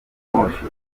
moshi